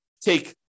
take